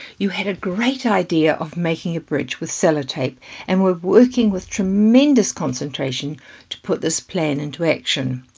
you had a great idea of making a bridge with cellotape and we're working with tremendous concentration to put this plan into action.